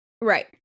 Right